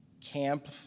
camp